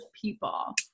people